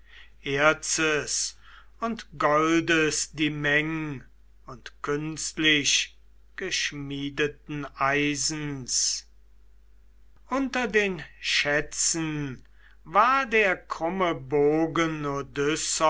erzes und goldes die meng und künstlich geschmiedeten eisens unter den schätzen war der krumme bogen